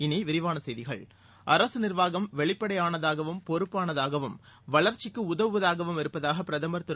இனி விரிவான செய்திகள் அரசு நிர்வாகம் வெளிப்படையானதாகவும் பொறுப்பானதாகவும் வளர்ச்சிக்கு உதவுவதாகவும் இருப்பதாக பிரதமர் திரு